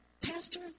Pastor